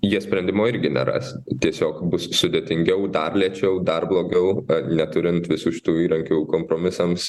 jie sprendimo irgi neras tiesiog bus sudėtingiau dar lėčiau dar blogiau neturint visų šitų įrankių kompromisams